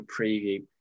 preview